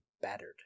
Battered